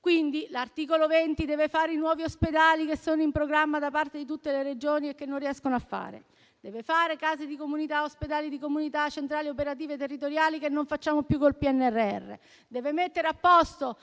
quindi l'articolo 20 per fare nuovi ospedali (che sono in programma da parte di tutte le Regioni, ma che non riescono a farli), per fare case di comunità, ospedali di comunità e centrali operative territoriali (che non facciamo più col PNRR) e per mettere a posto